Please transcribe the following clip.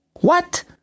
What